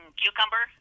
cucumber